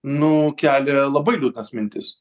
nu kelia labai liūdnas mintis